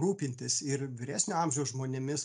rūpintis ir vyresnio amžiaus žmonėmis